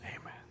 amen